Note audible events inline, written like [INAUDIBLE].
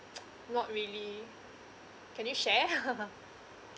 [NOISE] not really can you share [LAUGHS]